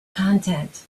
content